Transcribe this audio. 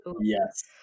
Yes